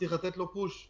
צריך לתת לו פוש.